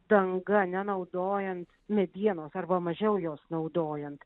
danga nenaudojant medienos arba mažiau jos naudojant